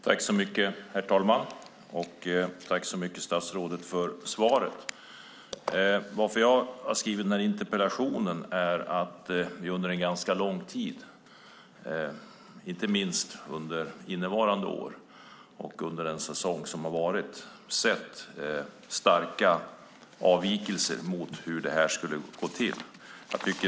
Herr talman! Tack, statsrådet, för svaret! Jag skrev interpellationen med anledning av att vi under lång tid, inte minst under innevarande år och den gångna säsongen, har sett starka avvikelser mot hur det ska gå till.